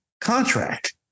contract